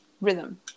rhythm